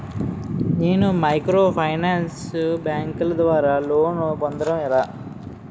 నేను మైక్రోఫైనాన్స్ బ్యాంకుల ద్వారా లోన్ పొందడం ఎలా?